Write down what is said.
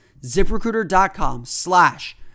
ZipRecruiter.com/slash